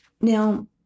now